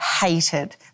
hated